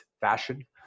fashion